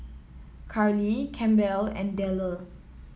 Karli Campbell and Dellar